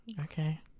okay